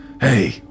Hey